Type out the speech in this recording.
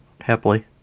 happily